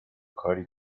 کاری